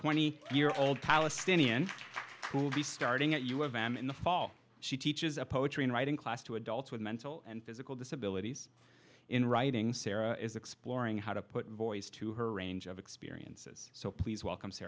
twenty year old palestinian will be starting at u of m in the fall she teaches a poetry and writing class to adults with mental and physical disabilities in writing sarah is exploring how to put voice to her range of experiences so please welcome